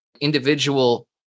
individual